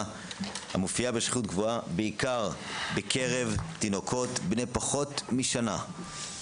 המופיעה בשכיחות גבוהה בעיקר בקרב תינוקות בני פחות משנה.